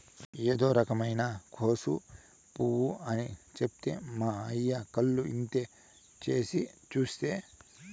ఇదో రకమైన కోసు పువ్వు అని చెప్తే మా అయ్య కళ్ళు ఇంత చేసి చూసే